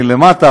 מלמטה,